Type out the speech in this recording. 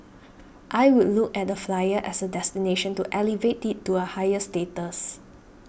I would look at the Flyer as a destination to elevate it to a higher status